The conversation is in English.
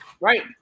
Right